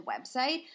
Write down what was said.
website